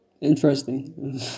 Interesting